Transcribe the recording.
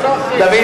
דוד,